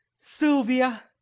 silvia!